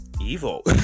evil